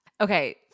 okay